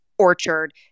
orchard